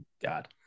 God